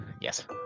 Yes